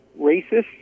racists